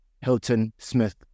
Hilton-Smith